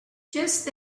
just